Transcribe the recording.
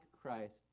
Christ